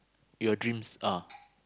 your dreams are